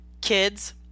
kids